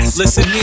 listen